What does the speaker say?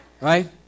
right